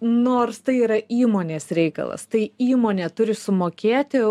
nors tai yra įmonės reikalas tai įmonė turi sumokėti